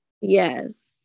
Yes